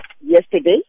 yesterday